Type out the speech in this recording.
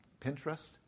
Pinterest